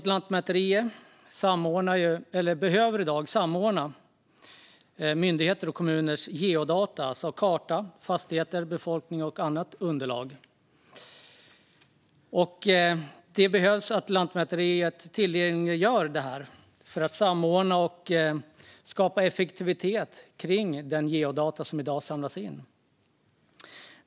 Lantmäteriet behöver i dag samordna myndigheters och kommuners geodata, alltså data om kartor, fastigheter, befolkning och annat underlag. Lantmäteriet behöver tillgängliggöra detta för att samordna och skapa effektivitet kring de geodata som i dag samlas in.